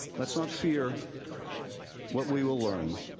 let's not fear what we will learn